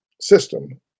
system